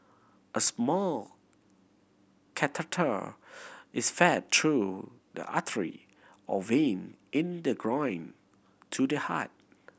a small catheter is fed through the artery or vein in the groin to the heart